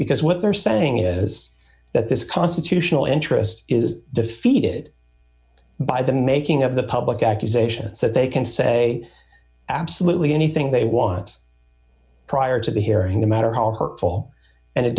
because what they're saying is that this constitutional interest is defeated by the making of the public accusations so they can say absolutely anything they want prior to the hearing the matter how hurtful and it